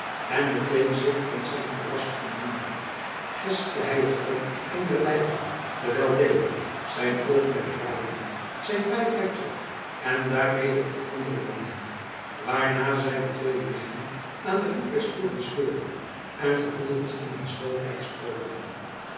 en meteen zich van zijn kuras ontdoende gespte hij het om een der lijken terwijl deodaat zijn oogmerk radende zijn pij uittrok en daarmede het andere omhing waarna zij de twee lichamen aan den voet des torens sleurden en vervolgens in hun schuilplaats kropen